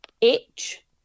itch